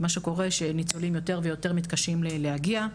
מה שקורה שניצולים יותר ויותר מתקשים להגיע,